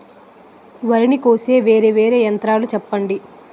వరి ని కోసే వేరా వేరా యంత్రాలు చెప్పండి?